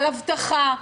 על אבטחה,